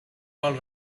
all